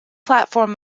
platform